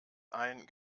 ein